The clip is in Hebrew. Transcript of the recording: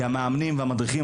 כי המאמנים והמדריכים,